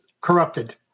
corrupted